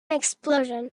explosion